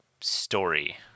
story